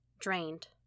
Drained